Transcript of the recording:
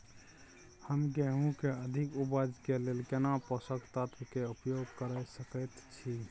हम गेहूं के अधिक उपज के लेल केना पोषक तत्व के उपयोग करय सकेत छी?